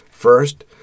First